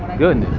good?